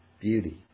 beauty